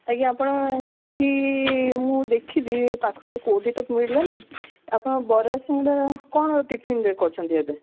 ଆଜ୍ଞା ଆପଣ ଏଇଠି ମୁଁ ଦେଖିଲି ପାଖରେ କେଉଁଠି ତ ମିଳିଲାନି ଆପଣ ବରା ସିଙ୍ଗଡ଼ା କ'ଣ ଟିଫିନରେ କରୁଛନ୍ତି ଏବେ